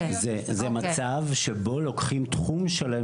זה מצב שבו לוקחים תחום שלם